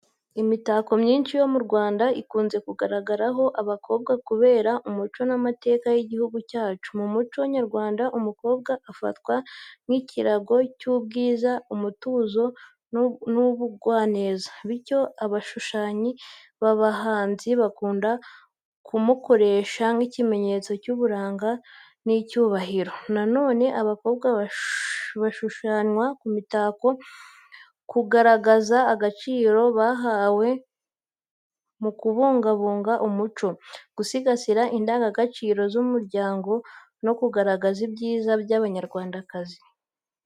Imitako myinshi yo mu Rwanda ikunze kugaragaraho abakobwa kubera umuco n’amateka y’igihugu cyacu. Mu muco nyarwanda, umukobwa afatwa nk’ikirango cy’ubwiza, umutuzo n’ubugwaneza, bityo abashushanyi n’abahanzi bakunda kumukoresha nk’ikimenyetso cy’uburanga n’icyubahiro. Na none, abakobwa bashushanywa ku mitako mu kugaragaza agaciro bahawe mu kubungabunga umuco, gusigasira indangagaciro z’umuryango no kugaragaza ibyiza by’Abanyarwandakazi.